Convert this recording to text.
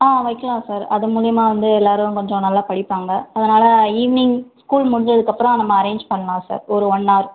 ஆ வைக்கலாம் சார் அது மூலயமா வந்து எல்லோரும் கொஞ்சம் நல்லா படிப்பாங்க அதனால் ஈவினிங் ஸ்கூல் முடிஞ்சதுக்கப்புறம் நம்ம அரேஞ்ச் பண்ணலாம் சார் ஒரு ஒன் ஹார்